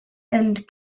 and